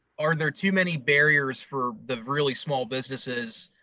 are there too many barriers for the really small businesses